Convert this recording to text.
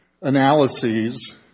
analyses